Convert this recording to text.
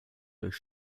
durch